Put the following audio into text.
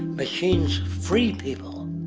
machines free people.